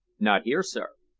not here, sir.